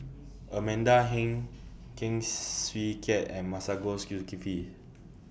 Amanda Heng Heng Swee Keat and Masagos Zulkifli